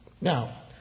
Now